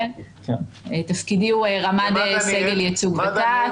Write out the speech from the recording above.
תפקידי הוא רמ"ד סגל, ייצוג ותע"צ.